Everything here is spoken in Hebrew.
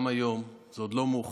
גם היום, זה עוד לא מאוחר.